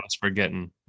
forgetting